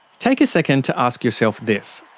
take a second to ask yourself this,